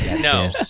No